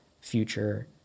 future